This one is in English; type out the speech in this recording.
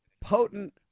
potent